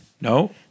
No